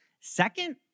Second